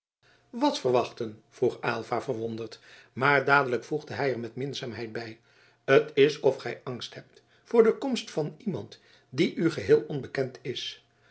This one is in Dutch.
wat verwachten vroeg aylva verwonderd maar dadelijk voegde hij er met minzaamheid bij t is of gij angst hebt voor de komst van iemand die u geheel onbekend is